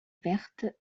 verte